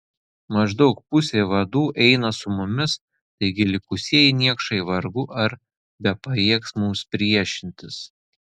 maždaug pusė vadų eina su mumis taigi likusieji niekšai vargu ar bepajėgs mums priešintis